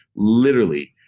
literally.